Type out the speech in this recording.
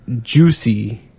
juicy